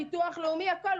ביטוח לאומי רוצה את שלו.